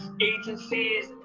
agencies